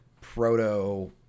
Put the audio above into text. proto